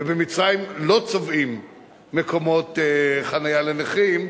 ובמצרים לא צובעים מקומות חנייה לנכים.